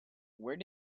where